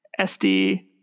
SD